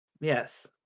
yes